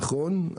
נכון,